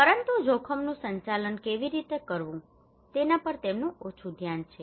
પરંતુ જોખમનું સંચાલન કેવી રીતે કરવું તેના પર તેમનું ઓછું ધ્યાન છે